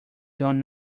done